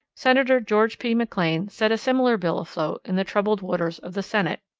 senator george p. mclean set a similar bill afloat in the troubled waters of the senate.